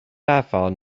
afon